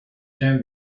can